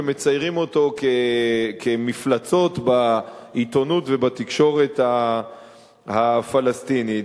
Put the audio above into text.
ומציירים אותו כמפלצות בעיתונות ובתקשורת הפלסטינית.